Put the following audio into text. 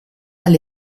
alle